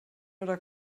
oder